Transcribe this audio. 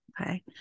Okay